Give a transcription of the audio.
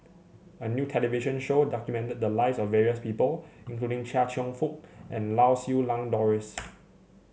a new television show documented the lives of various people including Chia Cheong Fook and Lau Siew Lang Doris